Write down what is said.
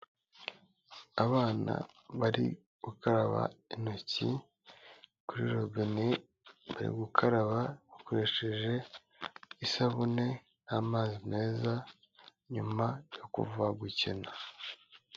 Abana bari gukaraba intoki kuri robine, bari gukaraba bakoresheje isabune n'amazi meza nyuma yo kuva gukina.